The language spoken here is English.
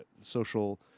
social